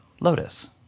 Lotus